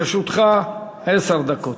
לרשותך עשר דקות.